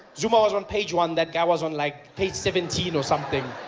zuma was on page one that guy was on like page seventeen or something.